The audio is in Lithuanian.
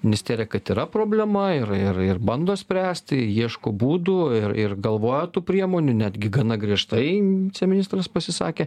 ministerija kad yra problema ir ir ir bando spręsti ieško būdų ir ir galvoja tų priemonių netgi gana griežtai viceministras pasisakė